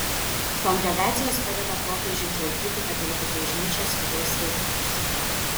kongregacijos padeda popiežiui tvarkyti katalikų bažnyčios vidaus reikalus